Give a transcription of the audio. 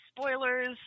spoilers